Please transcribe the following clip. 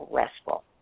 restful